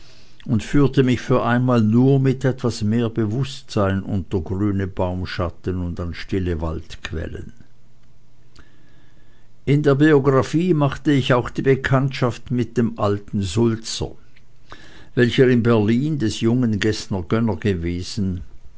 und führte mich für einmal nur mit etwas mehr bewußtsein unter grüne baumschatten und an stille waldquellen in der biographie machte ich auch die bekanntschaft mit dem alten sulzer welcher in berlin des jungen geßner gönner gewesen